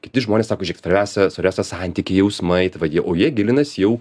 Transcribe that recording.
kiti žmonės sako žėkit svarbiausia svarbiausia santykiai jausmai tai va o jie gilinasi jau